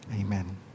Amen